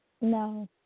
No